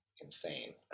insane